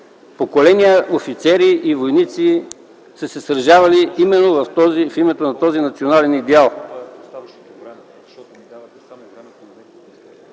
Поколения офицери и войници са се сражавали в името на този национален идеал.